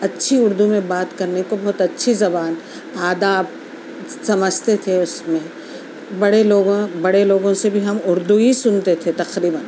اچھی اُردو میں بات کرنے کو بہت اچھی زبان آداب سمجھتے تھے اُس میں بڑے لوگوں بڑے لوگوں سے بھی ہم اُردو ہی سُنتے تھے تقریباً